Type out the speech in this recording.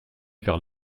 vers